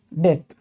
Death